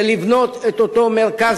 של לבנות את אותו מרכז